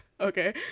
Okay